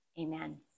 amen